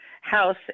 house